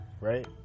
right